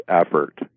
effort